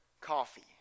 coffee